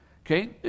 Okay